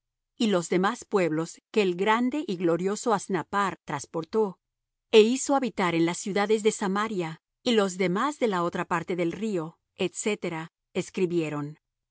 y los demás pueblos que el grande y glorioso asnappar trasportó é hizo habitar en las ciudades de samaria y los demás de la otra parte del río etcétera escribieron